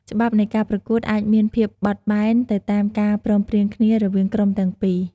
ច្បាប់នៃការប្រកួតអាចមានភាពបត់បែនទៅតាមការព្រមព្រៀងគ្នារវាងក្រុមទាំងពីរ។